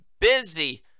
busy